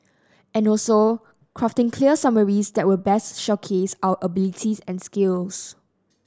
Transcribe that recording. and also crafting clear summaries that will best showcase our abilities and skills